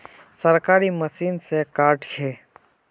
सरकारी मशीन से कार्ड छै?